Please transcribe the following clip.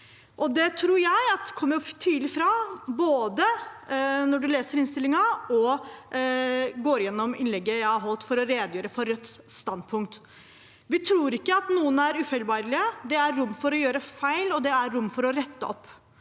jeg kommer tydelig fram når man både leser innstillingen og går gjennom innlegget jeg holdt for å redegjøre for Rødts standpunkt. Vi tror ikke at noen er ufeilbarlig. Det er rom for å gjøre feil, og det er rom for å rette opp.